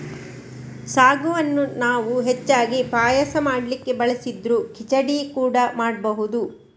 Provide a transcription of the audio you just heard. ಸಾಗುವನ್ನ ನಾವು ಹೆಚ್ಚಾಗಿ ಪಾಯಸ ಮಾಡ್ಲಿಕ್ಕೆ ಬಳಸಿದ್ರೂ ಖಿಚಡಿ ಕೂಡಾ ಮಾಡ್ಬಹುದು